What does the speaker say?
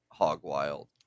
Hogwild